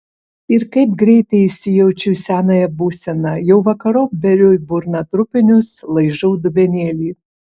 ir kaip greitai įsijaučiu į senąją būseną jau vakarop beriu į burną trupinius laižau dubenėlį